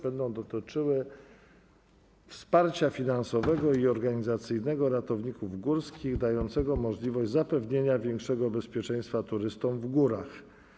Będą dotyczyły wsparcia finansowego i organizacyjnego ratowników górskich dającego możliwość zapewnienia większego bezpieczeństwa turystom w górach.